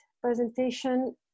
presentation